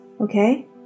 okay